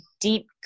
deep